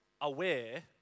aware